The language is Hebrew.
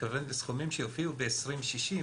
התכוון לסכומים שיופיעו ב-2060,